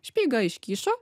špygą iškišo